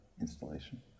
installation